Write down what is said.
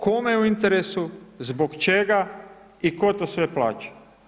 Kome je u interesu, zbog čega i tko to sve plaća?